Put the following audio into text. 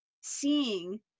seeing